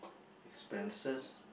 expenses